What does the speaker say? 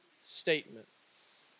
statements